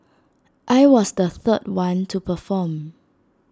I was the third one to perform